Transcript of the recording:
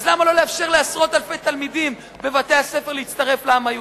אז למה לא לאפשר לעשרות אלפי תלמידים בבתי-הספר להצטרף לעם היהודי?